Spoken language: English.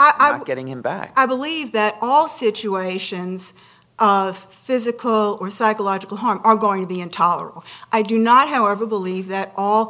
i am getting him back i believe that all situations of physical or psychological harm are going to the intolerable i do not however believe that all